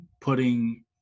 putting